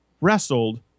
wrestled